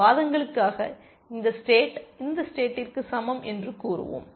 வாதங்களுக்காக இந்த ஸ்டேட் இந்த ஸ்டேட்டிற்கு சமம் என்று கூறுவோம்